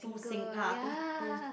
girl ya